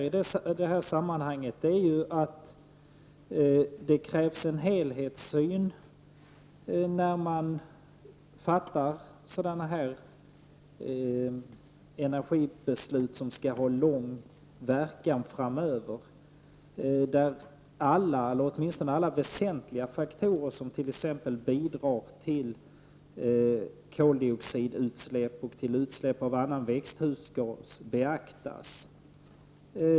I det sammanhanget vill jag säga att det krävs en helhetssyn när man fattar energibeslut som skall ha lång verkan framöver, där åtminstone alla väsentliga faktorer som bidrar till koldioxidutsläpp och utsläpp av annan växthusgas beaktas.